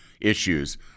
issues